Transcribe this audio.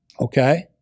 okay